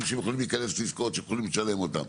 שהם יכולים להיכנס לעסקאות שיכולים לשלם אותם.